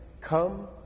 come